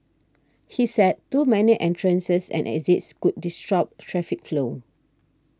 he said too many entrances and exits could disrupt traffic flow